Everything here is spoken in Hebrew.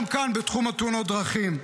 זה גם כאן, בתחום תאונות הדרכים.